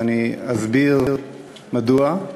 ואני אסביר מדוע.